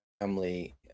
family